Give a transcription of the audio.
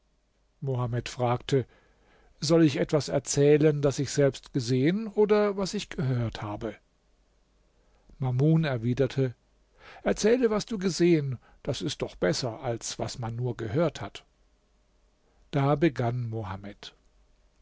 mohamed fragte soll ich etwas erzählen was ich selbst gesehen oder was ich gehört habe mamun erwiderte erzähle was du gesehen das ist doch besser als was man nur gehört hat da begann